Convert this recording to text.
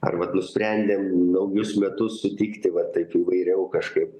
ar vat nusprendėm naujus metus sutikti va taip įvairiau kažkaip